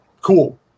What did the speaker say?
cool